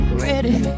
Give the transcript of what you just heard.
ready